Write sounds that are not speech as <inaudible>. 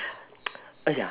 <noise> !aiya!